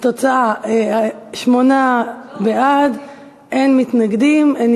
התשע"ה 2014, לוועדת החוקה, חוק ומשפט נתקבלה.